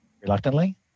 reluctantly